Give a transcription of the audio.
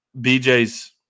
BJ's